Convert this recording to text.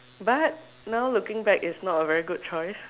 but now looking back is not a very good choice